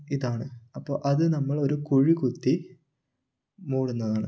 ഇതാണ് അപ്പോൾ അത് നമ്മളൊരു കുഴി കുത്തി മൂടുന്നതാണ്